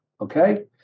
okay